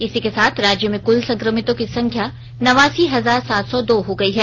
इसी के साथ राज्य में कुल संक्रमितों की संख्या नवासी हजार सात सौ दो हो गई है